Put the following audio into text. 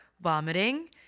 vomiting